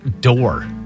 door